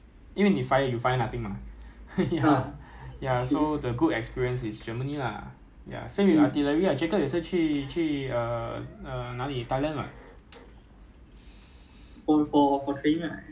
ya ya 他他是一定要去 overseas mah Singapore 你 R_T 谁 R_T 自己 Malaysia lor